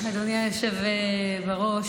אדוני היושב בראש,